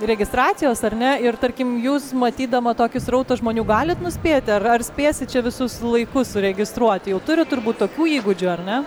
registracijos ar ne ir tarkim jūs matydama tokį srautą žmonių galit nuspėti ar ar spėsi čia visus laiku suregistruoti jau turit turbūt tokių įgūdžių ar ne